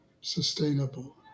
sustainable